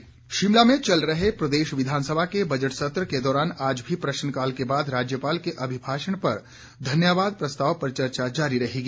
विधानसभा शिमला में चल रहे प्रदेश विधानसभा के बजट सत्र के दौरान आज भी प्रश्नकाल के बाद राज्यपाल के अभिभाषण पर धन्यवाद प्रस्ताव पर चर्चा जारी रहेगी